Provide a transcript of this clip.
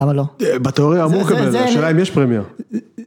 למה לא? בתיאוריה אמור לקבל, השאלה אם יש פרמייר.